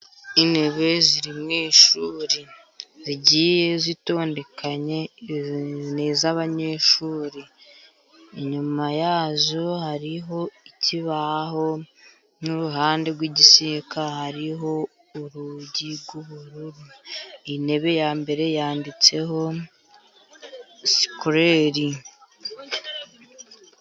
Intebe ziri mu ishuri zigiye zitondekanye ni iz'abanyeshuri. Inyuma ya zo hariho ikibaho, n'iruhande rw'igisika hariho urugi rw'ubururu, intebe ya mbere yanditseho sikorere.